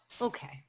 Okay